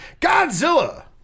Godzilla